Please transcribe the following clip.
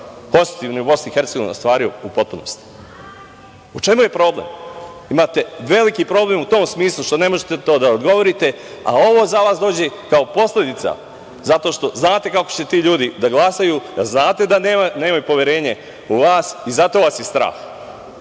konstitutivni u BiH, ostvaruju u potpunosti? U čemu je problem? Imate veliki problem u tom smislu što ne možete na to da odgovorite, a ovo za vas dođe kao posledica, zato što znate kako će ti ljudi da glasaju, znate da nemaju poverenje u vas i zato vas je i strah.